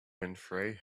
winfrey